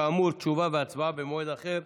כאמור, תשובה והצבעה במועד אחר.